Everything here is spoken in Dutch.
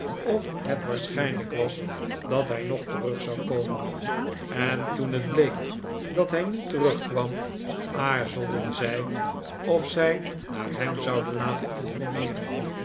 of het waarschijnlijk was dat hij nog terug zou komen en toen het bleek dat hij niet terugkwam aarzelden zij of zij naar hem zouden laten informeeren